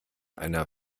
einer